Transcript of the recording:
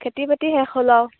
খেতি বাতি শেষ হ'ল আৰু